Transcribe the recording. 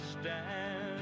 stand